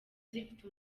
zifite